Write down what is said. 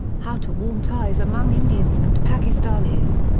how to warm ties among indians and pakistanis.